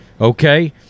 okay